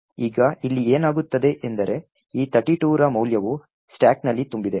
ಈಗ ಇಲ್ಲಿ ಏನಾಗುತ್ತದೆ ಎಂದರೆ ಈ 32 ರ ಮೌಲ್ಯವು ಸ್ಟಾಕ್ನಲ್ಲಿ ತುಂಬಿದೆ